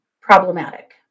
problematic